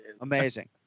Amazing